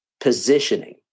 positioning